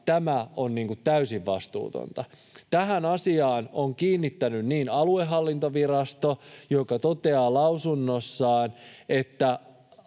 tämä on täysin vastuutonta. Tähän asiaan on kiinnittänyt huomiota aluehallintovirasto, joka toteaa lausunnossaan, että